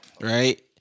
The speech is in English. right